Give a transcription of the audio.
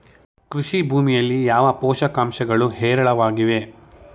ಕೃಷಿ ಭೂಮಿಯಲ್ಲಿ ಯಾವ ಪೋಷಕಾಂಶಗಳು ಹೇರಳವಾಗಿವೆ?